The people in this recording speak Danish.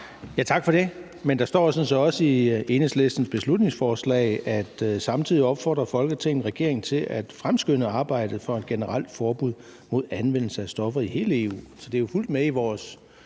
Tak for det. Der står sådan set også i Enhedslistens beslutningsforslag, at samtidig opfordrer Folketinget regeringen til at fremskynde arbejdet for et generelt forbud mod anvendelse af stoffer i hele EU. Så det er jo fuldt med i vores